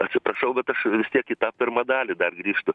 atsiprašau bet aš vis tiek į tą pirmą dalį dar grįžtu